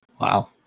Wow